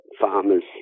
farmers